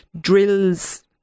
drills